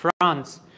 France